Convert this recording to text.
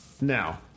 Now